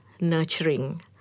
nurturing